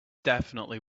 definitely